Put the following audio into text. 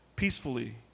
Peacefully